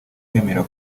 ibemerera